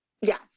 Yes